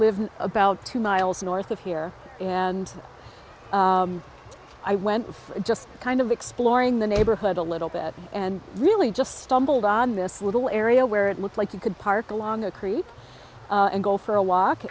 live about two miles north of here and i went just kind of exploring the neighborhood a little bit and really just stumbled on this little area where it looked like you could park along a creek and go for a walk